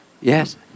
Yes